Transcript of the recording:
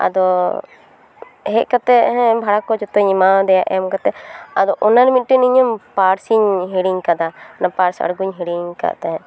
ᱟᱫᱚ ᱦᱮᱡ ᱠᱟᱛᱮ ᱦᱮᱸ ᱵᱷᱟᱲᱟ ᱠᱚ ᱡᱚᱛᱚᱧ ᱮᱢᱟᱣ ᱫᱮᱭᱟ ᱮᱢ ᱠᱟᱛᱮ ᱟᱫᱚ ᱚᱱᱟ ᱨᱮ ᱢᱤᱫᱴᱮᱱ ᱤᱧᱟᱹᱜ ᱯᱟᱨᱥᱤᱧ ᱦᱤᱲᱤᱧ ᱟᱠᱟᱫᱟ ᱚᱱᱟ ᱯᱟᱨᱥ ᱟᱲᱜᱚᱧ ᱦᱤᱲᱤᱧ ᱟᱠᱟᱫ ᱛᱟᱦᱮᱸᱫ